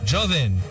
Joven